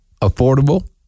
affordable